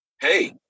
Hey